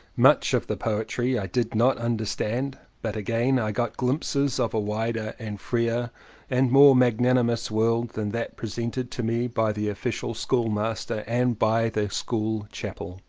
much of the poetry i did not understand but again i got glimpses of a wider and freer and more magnanimous world than that presented to me by the official schoolmaster and by the school chapel.